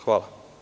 Hvala.